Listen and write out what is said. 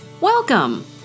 welcome